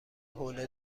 حوله